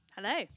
Hello